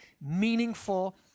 meaningful